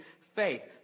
faith